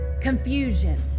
confusion